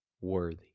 worthy